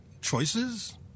choices